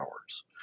hours